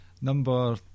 Number